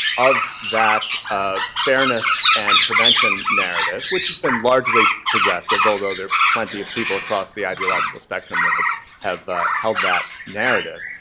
of that fairness and prevention narrative, which has been largely progressive, although there are plenty of people across the ideological spectrum that have have held that narrative.